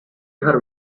her